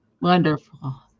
Wonderful